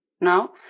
now